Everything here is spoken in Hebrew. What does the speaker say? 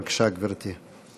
בבקשה, גברתי.